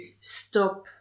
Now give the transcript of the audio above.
stop